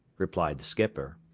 replied the skipper.